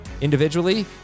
individually